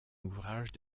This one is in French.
ouvrage